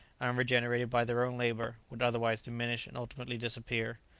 unregenerated by their own labour, would otherwise diminish and ultimately disappear.